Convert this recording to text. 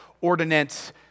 ordinance